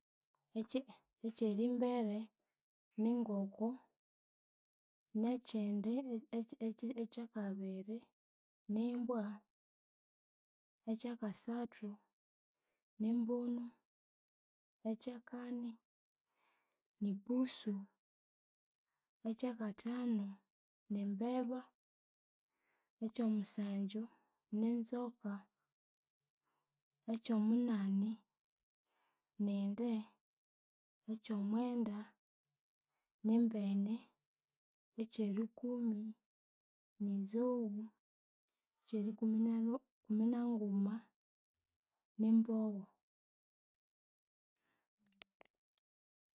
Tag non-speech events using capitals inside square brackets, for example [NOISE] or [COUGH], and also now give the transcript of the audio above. Ekyi ekyerimbere ningoko nekyindi [HESITATION] ekyi ekyakabiri nimbwa, ekyakasathu nimbunu, ekyakani nipusu, ekyakathanu nimbeba, ekyomusangyu ninzoka, ekyomunani ninde, ekyomwenda nimbene, ekyerikumi ninzoghu, ekyerikuminari ikuminanguma nimbogho